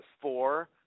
four